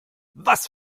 was